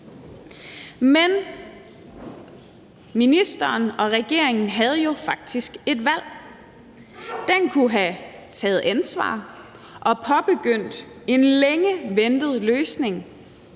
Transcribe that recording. Men ministeren og regeringen havde jo faktisk et valg. Den kunne have taget ansvar og påbegyndt en længe ventet løsning